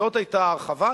זאת היתה ההרחבה.